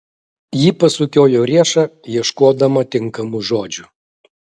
ji pasukiojo riešą ieškodama tinkamų žodžių